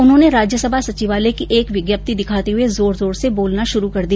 उन्होंने राज्य सभा सचिवालय की एक विज्ञप्ति दिखाते हुए जोर जोर से बोलना शुरू कर दिया